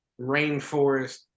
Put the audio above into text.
rainforest